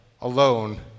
alone